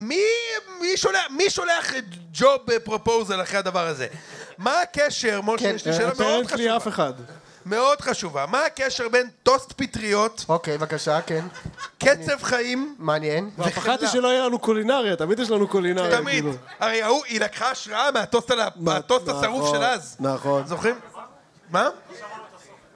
מי, מי שולח את ג'ו בפרופוזל אחרי הדבר הזה? מה הקשר, משה יש לי שאלה מאוד חשובה. כן, אפרנטלי אף אחד. מאוד חשובה, מה הקשר בין טוסט פטריות... אוקיי, בבקשה, כן. קצב חיים... מעניין. כבר פחדתי שלא היה לנו קולינריה, תמיד יש לנו קולינריה, כאילו. תמיד, הרי היא לקחה השראה מהטוסט השרוף של אז. נכון. זוכרים? מה?